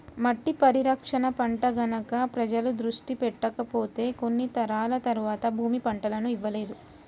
మట్టి పరిరక్షణ పట్ల గనక ప్రజలు దృష్టి పెట్టకపోతే కొన్ని తరాల తర్వాత భూమి పంటలను ఇవ్వలేదు